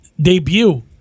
debut